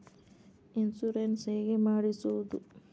Insurance ಹೇಗೆ ಮಾಡಿಸುವುದು?